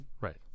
Right